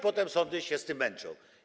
Potem sądy się z tym męczą.